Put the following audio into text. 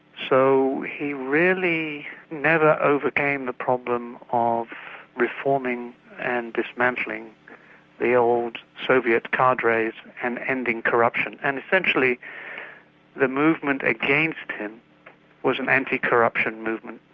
so he really never overcame the problem of reforming and dismantling the old soviet cadres and ending corruption. and essentially the movement against him was an anti-corruption movement,